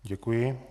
Děkuji.